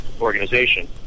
organization